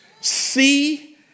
see